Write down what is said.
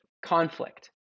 conflict